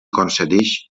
concedeix